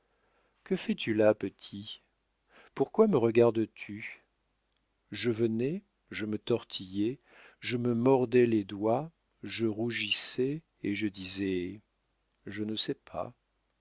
que fais-tu là petit pourquoi me regardes tu je venais je me tortillais je me mordais les doigts je rougissais et je disais je ne sais pas